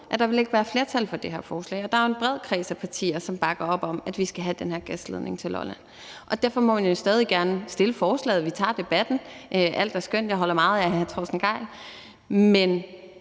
at der ikke vil være flertal for det her forslag. Der er en bred kreds af partier, der bakker op om, at vi skal have den her gasledning til Lolland. Derfor må man jo stadig gerne fremsætte forslaget. Vi tager debatten, alt er skønt; jeg holder meget af hr. Torsten Gejl. Men